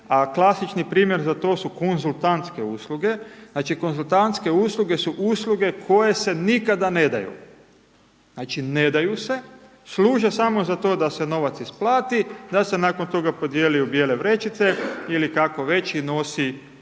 a klasični primjer za to su konzultantske usluge. Znači konzultantske usluge su usluge koje se nikada ne daju. Znači ne daju se, služe samo za to da se novac isplati, da se nakon toga podijeli u bijele vrećice ili kako već i nosi